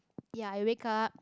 ya I wake up